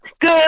Good